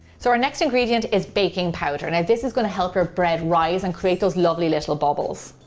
so our next ingredient is baking powder, now this is gonna help your bread rise and create those lovely little bubbles.